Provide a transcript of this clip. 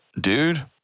dude